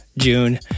June